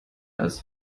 als